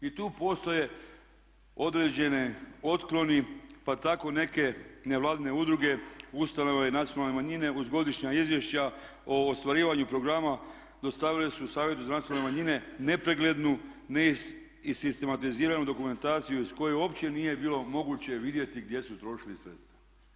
I tu postoje određeni otkloni pa tako neke nevladine udruge, ustanove i nacionalne manjine uz godišnja izvješća o ostvarivanju programa dostavile su Savjetu za nacionalne manjine nepreglednu, nesistematiziranu dokumentaciju iz koje uopće nije bilo moguće vidjeti gdje su trošili sredstva.